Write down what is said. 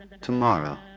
tomorrow